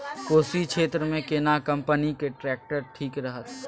कोशी क्षेत्र मे केना कंपनी के ट्रैक्टर ठीक रहत?